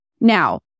Now